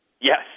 Yes